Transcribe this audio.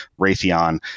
Raytheon